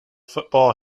football